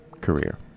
career